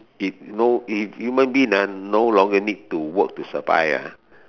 if no if human being ah no longer need to work to survive ah